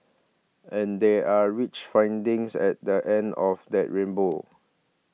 and there are rich findings at the end of that rainbow